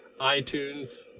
iTunes